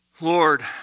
Lord